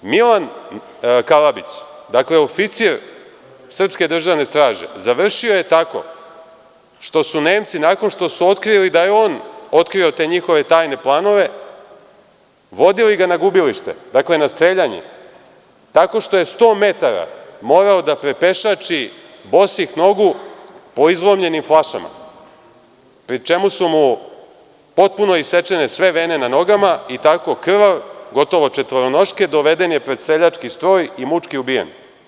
Milan Kalabić, dakle, oficir Srpske državne straže, završio je tako što su ga Nemci, nakon što su otkrili da je on otkrio te njihove tajne planove, vodili na gubilište, dakle na streljanje, tako što je sto metara morao da prepešači bosih nogu po izlomljenim flašama, pri čemu su mu potpuno isečene sve vene na nogama i tako krvav, gotovo četvoronoške doveden je pred streljački stroj i mučki ubijen.